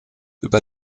über